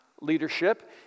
leadership